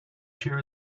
cheer